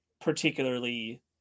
particularly